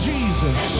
Jesus